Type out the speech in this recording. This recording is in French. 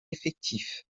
effectifs